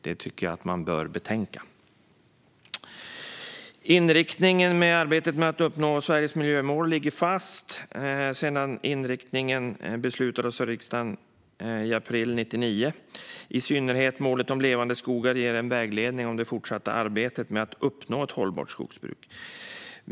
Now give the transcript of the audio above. Det tycker jag att man bör betänka. Inriktningen på arbetet med att uppnå Sveriges miljömål ligger fast sedan den beslutades av riksdagen i april 1999. I synnerhet målet Levande skogar ger en vägledning för det fortsatta arbetet med att uppnå ett hållbart skogsbruk.